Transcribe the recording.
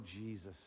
Jesus